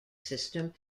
system